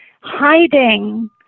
hiding